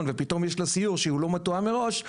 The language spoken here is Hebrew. ופתאום יש לה סיור שהוא לא מתואם מראש,